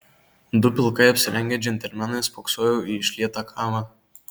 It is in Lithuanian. du pilkai apsirengę džentelmenai spoksojo į išlietą kavą